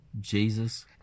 Jesus